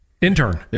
intern